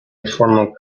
informal